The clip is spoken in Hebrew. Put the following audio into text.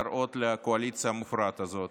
להראות לקואליציה המופרעת הזאת